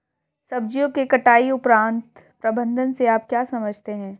सब्जियों के कटाई उपरांत प्रबंधन से आप क्या समझते हैं?